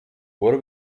برو